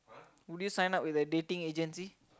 would you sign up with a dating agency